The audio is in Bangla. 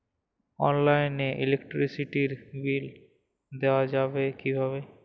অনলাইনে ইলেকট্রিসিটির বিল দেওয়া যাবে কিভাবে?